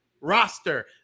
roster